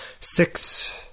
six